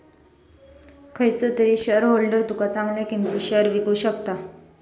खयचो तरी शेयरहोल्डर तुका चांगल्या किंमतीत शेयर विकु शकता